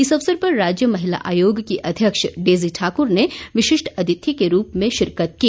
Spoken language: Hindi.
इस अवसर पर राज्य महिला आयोग की अध्यक्ष डेजी ठाकुर ने विशिष्ट अतिथि के रूप में शिरकत की